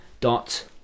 dot